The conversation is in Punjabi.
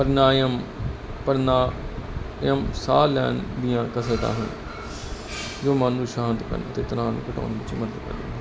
ਪ੍ਰਣਾਯਮ ਪ੍ਰਣਾਯਮ ਸਾਹ ਲੈਣ ਦੀਆਂ ਕਾਸਤਰਾਂ ਹਨ ਜੋ ਨੂੰ ਸ਼ਾਂਤ ਕਰਨ ਤੇ ਤਨਾਵ ਘਟਾਉਣ ਵਿਚ ਮਦਦ ਕਰਦੀਆਂ ਹਨ